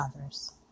others